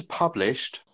published